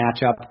matchup